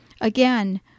Again